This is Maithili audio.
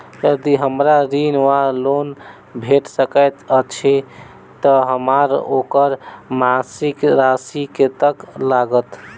यदि हमरा ऋण वा लोन भेट सकैत अछि तऽ हमरा ओकर मासिक राशि कत्तेक लागत?